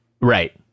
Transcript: right